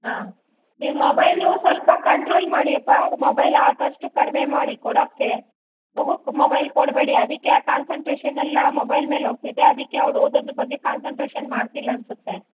ಹಾಂ ನೀವು ಮೊಬೈಲು ಸ್ವಲ್ಪ ಕಂಟ್ರೋಲ್ ಮಾಡಿಯಪ್ಪ ಮೊಬೈಲ್ ಆದಷ್ಟು ಕಡಿಮೆ ಮಾಡಿ ಕೊಡೋಕ್ಕೆ ಮಗುಗೆ ಮೊಬೈಲ್ ಕೊಡಬೇಡಿ ಅದಕ್ಕೆ ಆ ಕಾನ್ಸೆಂಟ್ರೇಷನೆಲ್ಲ ಆ ಮೊಬೈಲ್ ಮೇಲೆ ಹೋಗ್ತಿದೆ ಅದಕ್ಕೆ ಅವಳು ಓದೋದ್ರ ಬಗ್ಗೆ ಕಾನ್ಸಂಟ್ರೇಶನ್ ಮಾಡ್ತಿಲ್ಲ ಅನಿಸುತ್ತೆ